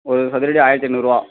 ஒரு சதுர அடி ஆயிரத்தி ஐந்நூறுரூவா